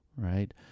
Right